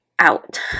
out